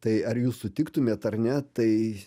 tai ar jūs sutiktumėt ar ne tai